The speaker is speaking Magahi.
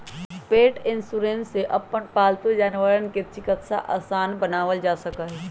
पेट इन्शुरन्स से अपन पालतू जानवर के चिकित्सा आसान बनावल जा सका हई